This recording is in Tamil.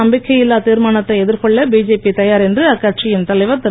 நம்பிக்கை இல்லா திர்மானத்தை எதிர்கொள்ள பிஜேபி தயார் என்று அக்கட்சியின் தலைவர் திரு